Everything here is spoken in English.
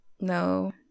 no